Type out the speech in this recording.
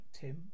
Tim